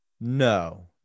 No